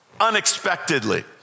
unexpectedly